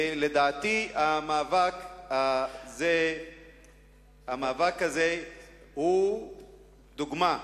לדעתי, המאבק הזה הוא דוגמה